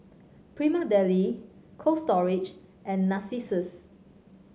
Prima Deli Cold Storage and Narcissus